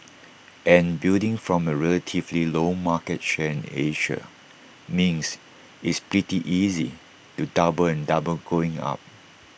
and building from A relatively low market share in Asia means it's pretty easy to double and double going up